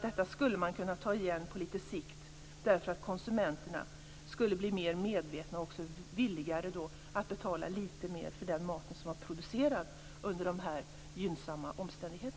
Detta skulle man kunna ta igen på lite sikt därför att konsumenterna skulle bli mer medvetna och då också villigare att betala lite mer för den mat som var producerad under dessa gynnsamma omständigheter.